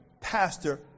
pastor